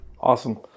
Awesome